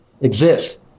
exist